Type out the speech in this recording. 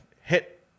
hit